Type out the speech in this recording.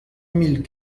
mille